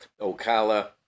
Ocala